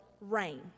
rain